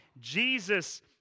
Jesus